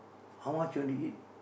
how much you want to eat